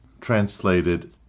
translated